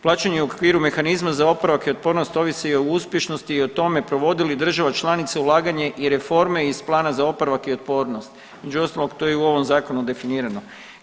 Plaćanje u okviru mehanizma za oporavak i otpornost ovise i o uspješnosti i o tome provodi li država članica ulaganje i reforme iz plana za oporavak i otpornost, među ostalog to je i u ovom zakonu definirano.